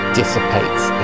dissipates